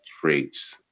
traits